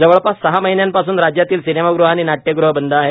जवळपास सहा महिन्यांपासून राज्यातील सिनेमागृहे आणि नाट्यगृहे बंद आहेत